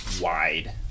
wide